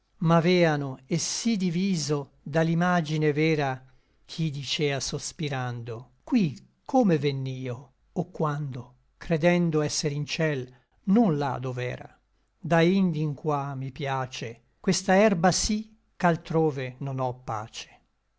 riso m'aveano et sí diviso da l'imagine vera ch'i dicea sospirando qui come venn'io o quando credendo d'esser in ciel non là dov'era da indi in qua mi piace questa herba sí ch'altrove non ò pace